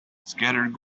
scattered